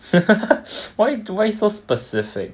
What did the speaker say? why why so specific